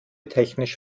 technisch